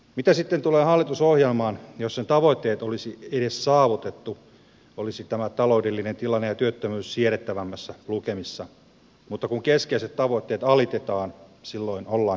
mitä tulee hallitusohjelmaan jos sen tavoitteet olisi edes saavutettu olisi tämä taloudellinen tilanne ja työttömyys siedettävämmissä lukemissa mutta kun keskeiset tavoitteet alitetaan silloin ollaan kriisissä